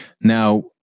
now